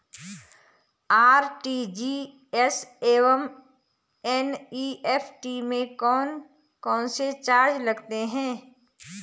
RTGS एवं NEFT में कौन कौनसे चार्ज लगते हैं?